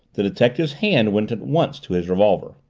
the detective's hand went at once to his revolver.